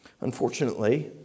Unfortunately